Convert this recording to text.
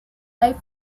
live